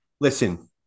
Listen